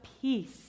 peace